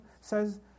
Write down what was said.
says